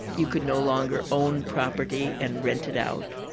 you could no longer own property and rent it out.